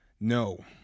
No